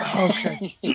Okay